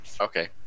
Okay